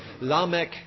Lamech